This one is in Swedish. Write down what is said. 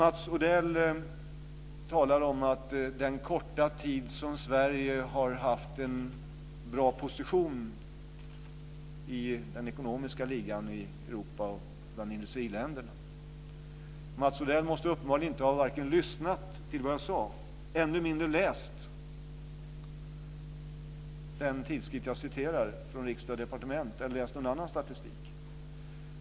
Mats Odell talar om den korta tid som Sverige har haft en bra position i den ekonomiska ligan i Europa och bland industriländerna. Mats Odell måste uppenbarligen varken ha lyssnat till vad jag sade eller ännu mindre läst den tidskrift jag citerade, Från Riksdag & Departement, eller läst någon annan statistik.